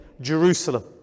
Jerusalem